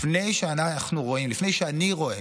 לפני שאנחנו רואים, לפני שאני רואה,